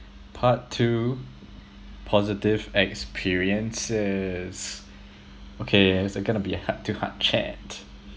part two positive experiences okay it's gonna be a heart to heart chat